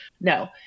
No